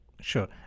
Sure